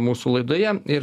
mūsų laidoje ir